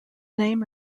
name